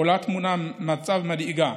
עולה תמונת מצב מדאיגה,